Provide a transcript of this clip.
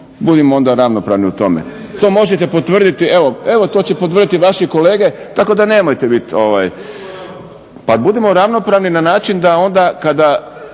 budimo onda ravnopravni u tome. To možete potvrditi, evo, evo to će potvrditi vaši kolege tako da nemojte biti. Pa budimo ravnopravni na način da onda kada